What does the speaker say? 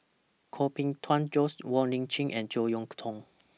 Koh Bee Tuan Joyce Wong Lip Chin and Jek Yeun Thong